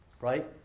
right